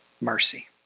mercy